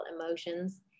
emotions